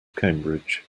cambridge